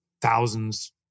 thousands